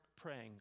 praying